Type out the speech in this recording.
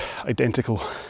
identical